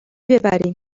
ببریم